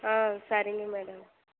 ஆ சரிங்க மேடம்